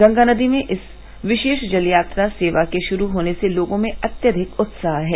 गंगा नदी में इस विषेश जल यात्रा सेवा के षुरू होने से लोगों में अत्यधिक उत्साह है